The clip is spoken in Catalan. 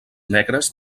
negres